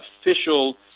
official